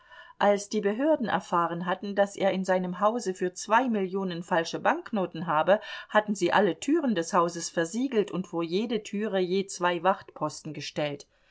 als die behörden erfahren hatten daß er in seinem hause für zwei millionen falsche banknoten habe hatten sie alle türen des hauses versiegelt und vor jede türe je zwei wachposten gestellt